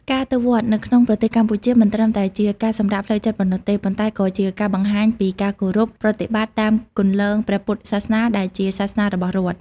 ការទៅវត្តនៅក្នុងប្រទេសកម្ពុជា មិនត្រឹមតែជាការសម្រាកផ្លូវចិត្តប៉ុណ្ណោះទេ ប៉ុន្តែក៏ជាការបង្ហាញពីការគោរពប្រតិបត្តិតាមគន្លងព្រះពុទ្ធសាសនាដែលជាសាសនារបស់រដ្ឋ។